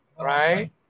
right